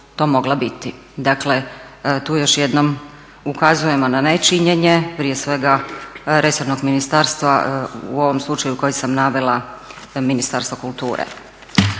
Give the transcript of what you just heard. to mogla biti. Dakle tu još jednom ukazujemo na nečinjenje prije svega resornog ministarstva u ovom slučaju koji sam navela Ministarstva kulture.